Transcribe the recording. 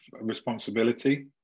responsibility